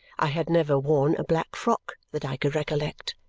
i had never worn a black frock, that i could recollect.